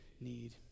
need